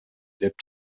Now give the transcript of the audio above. деп